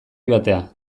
joatea